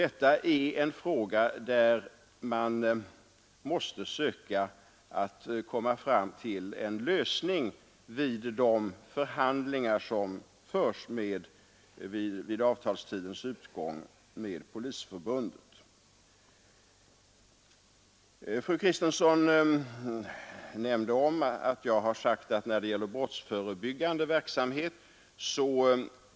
Detta är en fråga som man måste försöka finna en lösning på i de förhandlingar som vid avtalstidens utgång förs med Polisförbundet. Fru Kristensson nämnde att jag har sagt att polisen inte kan göra så mycket när det gäller brottsförebyggande verksamhet.